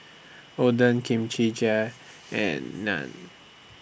Oden Kimchi and Naan